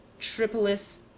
Tripolis